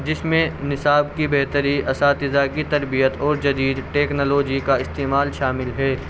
جس میں نصاب کی بہتری اساتذہ کی تربیت اور جدید ٹیکنالوجی کا استعمال شامل ہے